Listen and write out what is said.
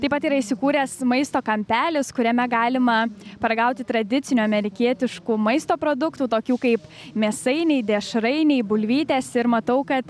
taip pat yra įsikūręs maisto kampelis kuriame galima paragauti tradicinių amerikietiškų maisto produktų tokių kaip mėsainiai dešrainiai bulvytės ir matau kad